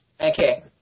Okay